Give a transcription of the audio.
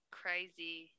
crazy